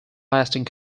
lasting